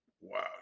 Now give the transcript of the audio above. Wow